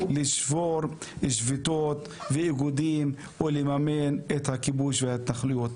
לשבור שביתות ואיגודים ולממן את הכיבוש וההתנחלויות.